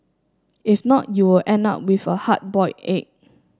if not you will end up with a hard boiled egg